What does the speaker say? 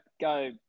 go